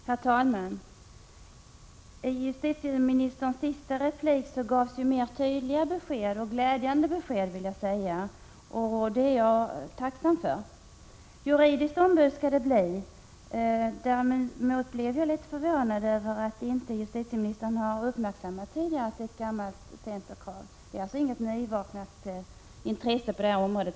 Herr talman! I justitieministerns senaste replik gavs tydligare och mer glädjande besked, som jag vill säga att jag är tacksam för. Juridiska ombud skall det bli. Däremot blev jag förvånad över att justitieministern inte tidigare har uppmärksammat att detta är ett gammalt centerkrav. Det är alltså inte, såsom Alf Svensson sade, något nyvaknat intresse på detta område.